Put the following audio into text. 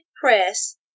Press